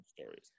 stories